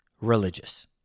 religious